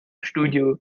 studio